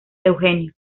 eugenio